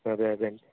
సరే అదండి